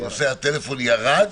נושא הטלפון ירד,